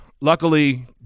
Luckily